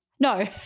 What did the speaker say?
No